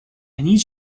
need